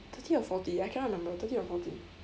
thirty or forty I cannot remember thirty or forty